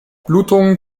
blutungen